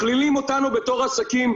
מכלילים אותנו בתור עסקים,